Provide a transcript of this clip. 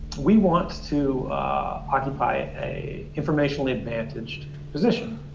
we want to occupy it a informationally advantaged position.